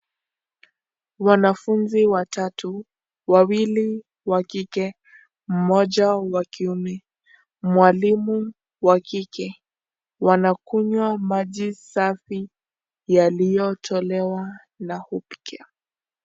Wanafunzi watatu, wawili wa kike mmoja wa kiume. MWalimu wa kike wanakunywa maji safi yaliyo tolewa na upikio.